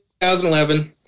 2011